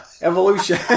Evolution